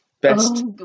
Best